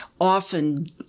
often